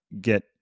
get